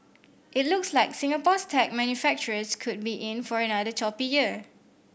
it looks like Singapore's tech manufacturers could be in for another choppy year